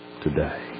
today